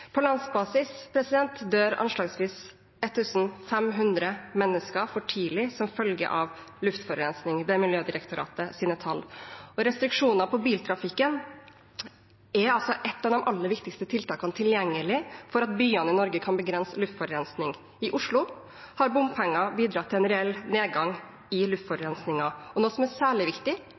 På landsbasis dør anslagsvis 1 500 mennesker for tidlig som følge av luftforurensning. Det er Miljødirektoratets tall. Restriksjoner på biltrafikken er et av de aller viktigste tiltakene som er tilgjengelig, for at byene i Norge kan begrense luftforurensning. I Oslo har bompenger bidratt til en reell nedgang i luftforurensningen, noe som er særlig viktig